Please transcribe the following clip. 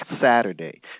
Saturday